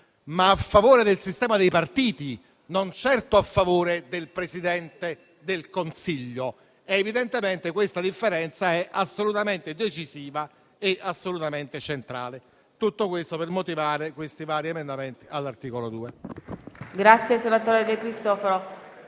ma a favore del sistema dei partiti, non certo a favore del Presidente del Consiglio. Evidentemente, questa differenza è assolutamente decisiva ed è assolutamente centrale. Dico tutto ciò per motivare i vari emendamenti all'articolo 2.